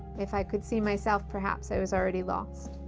if i could see myself, perhaps i was already lost.